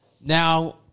Now